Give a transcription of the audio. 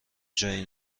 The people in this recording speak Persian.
جایی